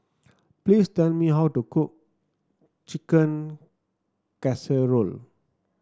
please tell me how to cook Chicken Casserole